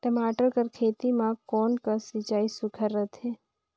टमाटर कर खेती म कोन कस सिंचाई सुघ्घर रथे?